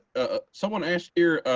someone asked here.